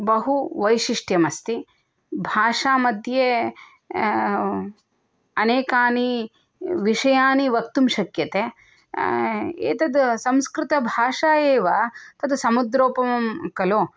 बहुवैशिष्ट्यम् अस्ति भाषामध्ये अनेकानि विषयानि वक्तुं शक्यते एतत् संस्कृतभाषा एव तत् समुद्रोपं खलु